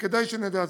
וכדאי שנדע זאת.